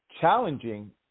challenging